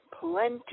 plenty